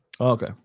Okay